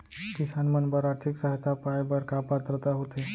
किसान मन बर आर्थिक सहायता पाय बर का पात्रता होथे?